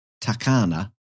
Takana